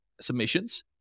submissions